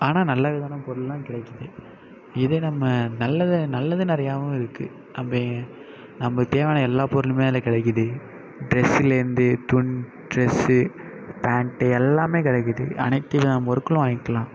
ஆனால் நல்லது விதமான பொருள் எல்லாம் கிடைக்குது இதே நம்ம நல்லத நல்லது நிறையவும் இருக்கு அப்படி நம்பளுக்குத் தேவையான எல்லா பொருளுமே அதில் கிடைக்குது ட்ரெஸுலருந்து துன் ட்ரெஸ்ஸு பேண்ட்டு எல்லாமே கிடைக்குது அனைத்து விதமான பொருட்களும் வாங்கிக்கலாம்